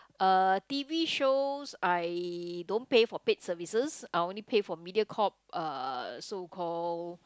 uh t_v shows I don't pay for paid services I only pay for Mediacorp uh so called